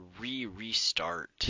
re-restart